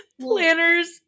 Planners